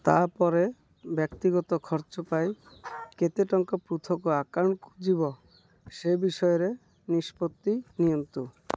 ତାପରେ ବ୍ୟକ୍ତିଗତ ଖର୍ଚ୍ଚ ପାଇଁ କେତେ ଟଙ୍କା ପୃଥକ ଆକାଉଣ୍ଟ୍କୁ ଯିବ ସେ ବିଷୟରେ ନିଷ୍ପତ୍ତି ନିଅନ୍ତୁ